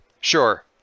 Sure